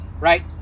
right